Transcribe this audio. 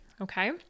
Okay